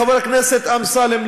חבר הכנסת אמסלם,